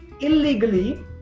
illegally